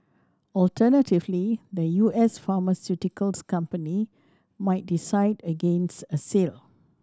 alternatively the U S pharmaceuticals company might decide against a sale